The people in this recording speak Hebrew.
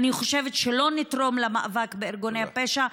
אני חושבת שלא נתרום למאבק בארגוני פשע,